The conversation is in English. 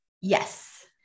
Yes